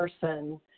person